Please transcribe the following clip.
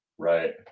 Right